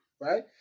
Right